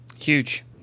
Huge